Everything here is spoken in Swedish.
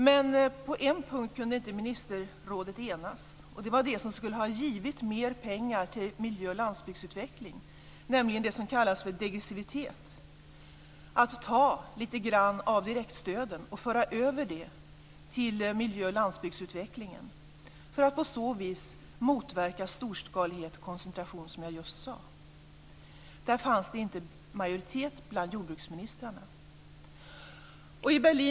Men på en punkt kunde ministerrådet inte enas, och det var det som skulle ha gett mer pengar till miljö och landsbygdsutveckling, nämligen det som kallas för degressivitet, att ta lite grann av direktstöden och föra över det till miljö och landsbygdsutvecklingen för att på så vis motverka storskalighet och koncentration, som jag just sade. Det fanns inte majoritet för det bland jordbruksministrarna.